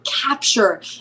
capture